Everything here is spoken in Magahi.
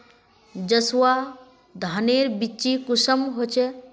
जसवा धानेर बिच्ची कुंसम होचए?